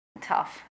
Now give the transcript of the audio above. Tough